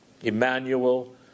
Emmanuel